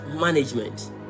management